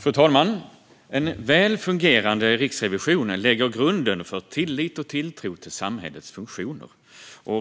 Fru talman! En väl fungerande riksrevision lägger grunden för tillit och tilltro till samhällets funktioner.